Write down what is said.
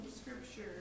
scripture